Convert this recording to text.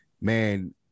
man